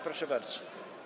Proszę bardzo.